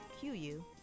QU